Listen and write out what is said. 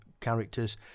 characters